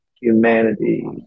humanity